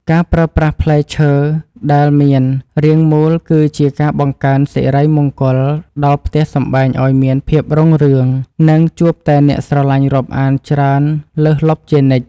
ការប្រើប្រាស់ផ្លែឈើដែលមានរាងមូលគឺជាការបង្កើនសិរីមង្គលដល់ផ្ទះសម្បែងឱ្យមានភាពរុងរឿង និង ជួបតែអ្នកស្រឡាញ់រាប់អានច្រើនលើសលប់ជានិច្ច។